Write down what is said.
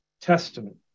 Testament